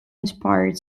inspired